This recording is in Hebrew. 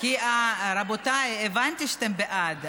רבותיי, הבנתי שאתם בעד.